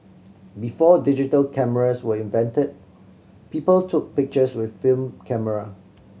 before digital cameras were invented people took pictures with film camera